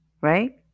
right